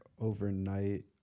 overnight